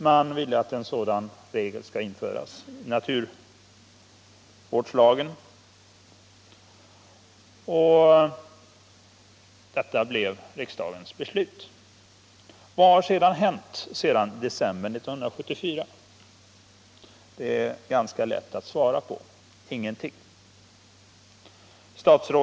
Man ville alltså att en sådan regel skulle införas i naturvårdslagen — detta var riksdagens beslut. Vad har då hänt sedan december 1974? Det är ganska lätt att svara på det: Ingenting.